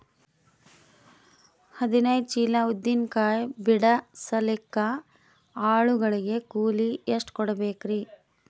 ಹದಿನೈದು ಚೀಲ ಉದ್ದಿನ ಕಾಯಿ ಬಿಡಸಲಿಕ ಆಳು ಗಳಿಗೆ ಕೂಲಿ ಎಷ್ಟು ಕೂಡಬೆಕರೀ?